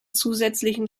zusätzlichen